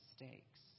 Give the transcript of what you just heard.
mistakes